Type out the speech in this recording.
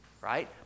right